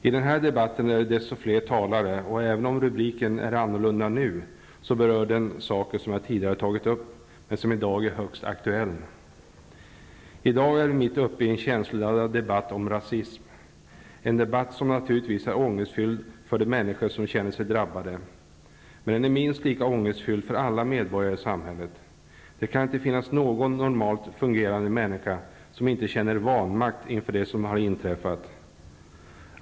I den här debatten är det desto fler talare, och även om rubriken är annorlunda nu berör den saker som jag tidigare har tagit upp men som i dag är högst aktuella. I dag är vi mitt uppe i en känsloladdad debatt om rasism, en debatt som naturligtvis är ångestfylld för de människor som känner sig drabbade. Men den är minst lika ångestfylld för alla medborgare i samhället. Det kan inte finnas någon normalt fungerande människa som inte känner vanmakt inför den det som har inträffat.